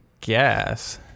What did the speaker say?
guess